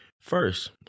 first